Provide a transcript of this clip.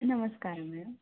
ನಮಸ್ಕಾರ ಮೇಡಮ್